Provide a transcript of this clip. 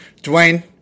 Dwayne